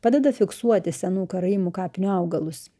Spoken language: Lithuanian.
padeda fiksuoti senų karaimų kapinių augalus